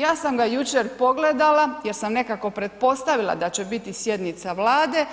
Ja sam ga jučer pogledala jer sam nekako pretpostavila da će biti sjednica Vlade,